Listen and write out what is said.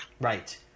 Right